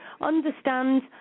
understand